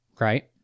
right